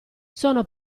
sono